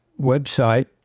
website